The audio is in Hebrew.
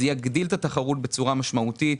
זה יגדיל את התחרות בצורה משמעותית,